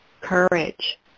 courage